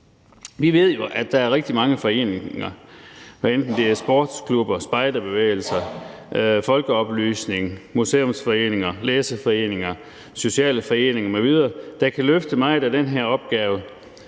Vi ved jo, at der er rigtig mange foreninger, hvad enten det er sportsklubber, spejderbevægelser, folkeoplysning, museumsforeninger, læserforeninger, sociale foreninger m.v., der kan løfte meget af den her opgave,